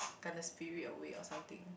敢 the spirit away or something